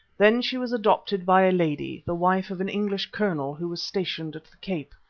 then she was adopted by a lady, the wife of an english colonel, who was stationed at the cape.